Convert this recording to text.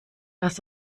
das